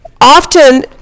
Often